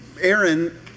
Aaron